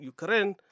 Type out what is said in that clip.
Ukraine